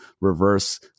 reverse